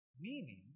Meaning